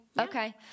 Okay